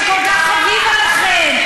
שכל כך חביב עליכם.